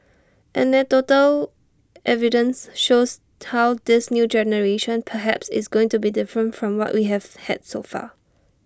anecdotal evidence shows how this new generation perhaps is going to be different from what we have had so far